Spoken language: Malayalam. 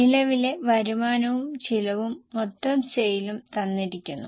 നിലവിലെ വരുമാനവും ചിലവും മൊത്തം സെയിലും തന്നിരിക്കുന്നു